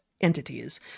Entities